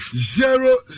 Zero